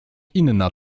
inna